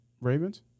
Ravens